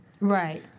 Right